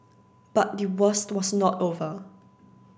but the worst was not over